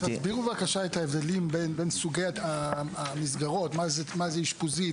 תסבירו בבקשה את ההבדלים בין סוגי המסגרות מה זה אשפוזית,